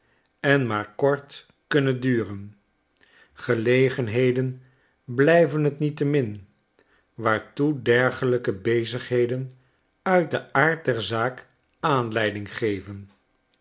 en maar kort kunnen duren gelegenhedenblijven't niettemin waartoe dergelijke bezigheden uit den aard der zaak aanleiding geven